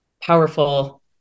powerful